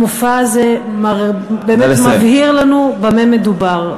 המופע הזה מבהיר לנו במה מדובר.